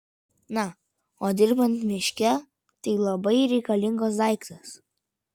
na o dirbant miške tai labai reikalingas daiktas